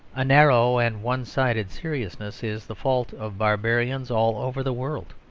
a narrow and one-sided seriousness is the fault of barbarians all over the world.